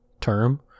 term